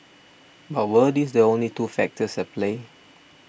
but were these the only two factors at play